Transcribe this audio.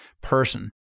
person